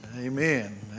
Amen